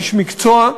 איש מקצוע,